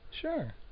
Sure